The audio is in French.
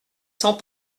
sans